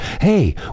Hey